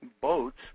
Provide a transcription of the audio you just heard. Boats